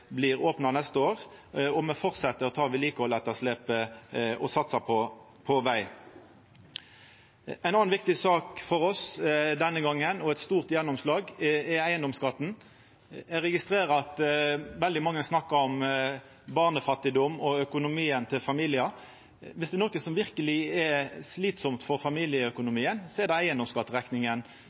blir opna neste år, og me fortset å ta vedlikehaldsetterslepet og satsa på veg. Ei anna viktig sak for oss denne gongen, og eit stort gjennomslag, er eigedomsskatten. Eg registrerer at veldig mange snakkar om barnefattigdom og økonomien til familiar. Viss det er noko som verkeleg er slitsamt for familieøkonomien, er det